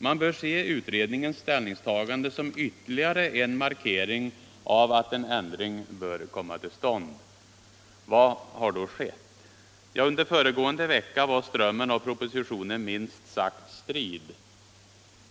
Man bör se utredningens ställningstaganden som ytterligare en markering av att en ändring bör komma till stånd. Vad har då skett? Under föregående vecka var strömmen av propositioner minst sagt strid.